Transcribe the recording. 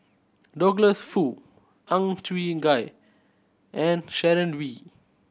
Douglas Foo Ang Chwee Chai and Sharon Wee